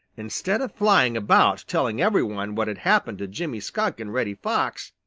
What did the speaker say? instead of flying about telling every one what had happened to jimmy skunk and reddy fox,